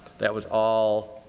that was all,